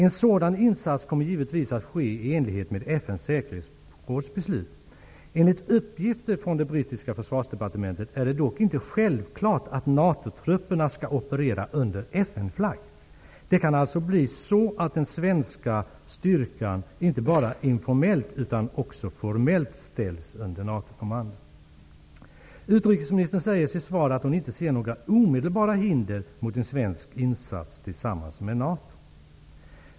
En sådan insats kommer givetvis att ske i enlighet med FN:s säkerhetsråds beslut. Enligt uppgifter från det brittiska försvarsdepartementet är det dock inte självklart att NATO-trupperna skall operera under FN-flagg. Det kan alltså bli så, att den svenska styrkan inte bara informellt utan också formellt ställs under NATO-kommando. Utrikesministern säger i sitt svar att hon inte ser några omedelbara hinder mot en svensk insats tillsammans med NATO.